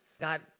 God